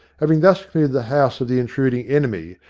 having thus cleared the house of the intruding enemy,